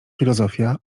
filozofia